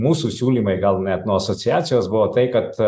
mūsų siūlymai gal net nuo asociacijos buvo tai kad